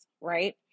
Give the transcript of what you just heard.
right